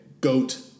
goat